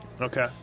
Okay